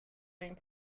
being